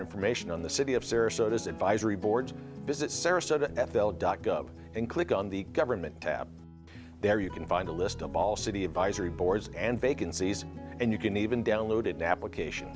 information on the city of sirius so this advisory boards visit sarasota f l dot gov and click on the government tab there you can find a list of all city advisory boards and vacancies and you can even download it now application